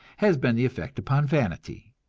has been the effect upon vanity?